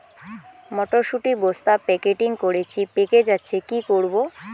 মটর শুটি বস্তা প্যাকেটিং করেছি পেকে যাচ্ছে কি করব?